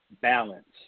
balance